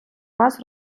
вас